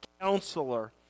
Counselor